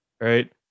right